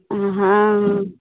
हाँ